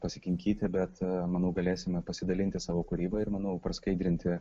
pasikinkyti bet manau galėsime pasidalinti savo kūryba ir manau praskaidrinti